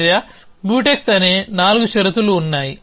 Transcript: చర్య మ్యూటెక్స్ అనే నాలుగు షరతులు ఉన్నాయి